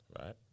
right